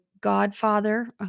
godfather